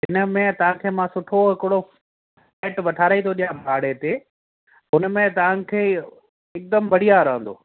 इनमें तव्हांखे मां सुठो हिकिड़ो फ़िलेट वठाराइ थो ॾियां भाड़े ते उनमें तव्हांखे हिकदमि बढ़िया रहंदो